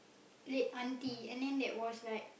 late aunty and then that was like